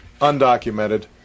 undocumented